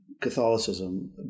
Catholicism